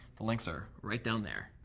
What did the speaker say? the links are right down there.